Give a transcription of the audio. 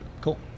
Cool